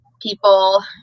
people